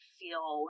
feel